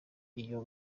iyo